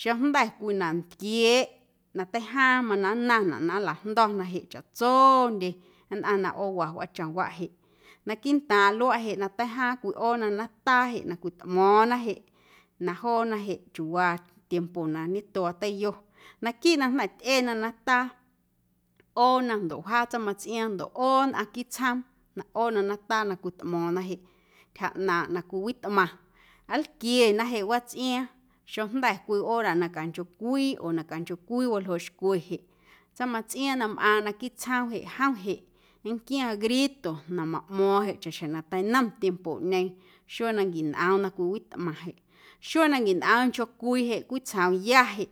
xeⁿjnda̱ cwii na ntquieeꞌ na teijaaⁿ mana na nnaⁿnaꞌ na nlajndo̱na jeꞌ chaꞌtsondye nnꞌaⁿ na ꞌoowa wꞌaachomwaꞌ jeꞌ naquiiꞌntaaⁿꞌ luaꞌ jeꞌ na teijaaⁿ cwiꞌoona nataa jeꞌ na cwitmo̱o̱ⁿna jeꞌ na joonaꞌ jeꞌ chiuuwaa tiempo na ñetuaa teiyo naquiiꞌ na jnda̱ tyꞌena nataa ꞌoona ndoꞌ wjaa tsaⁿmatsꞌiaaⁿ ndoꞌ ꞌoo nnꞌaⁿ quiiꞌ tsjoom na ꞌoona na cwitmo̱o̱ⁿna jeꞌ ntyja ꞌnaaⁿꞌ na cwiwitꞌmaⁿ nlquiena jeꞌ watsꞌiaaⁿ xeⁿjnda̱ cwii hora na canchocwii oo na canchocwii waljooꞌ xcwe jeꞌ tsaⁿmatsꞌiaaⁿ na mꞌaaⁿ naquiiꞌ tsjoom jeꞌ jom jeꞌ nnquiaⁿ grito na maꞌmo̱o̱ⁿ jeꞌ chaꞌxjeⁿ na teinom tiempoꞌñeeⁿ xuee na nquinꞌoom na cwiwitꞌmaⁿ jeꞌ ndoꞌ xuee na nquinꞌoomnchocwii jeꞌ cwitsjoomya jeꞌ.